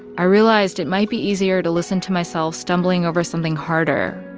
i realized it might be easier to listen to myself stumbling over something harder,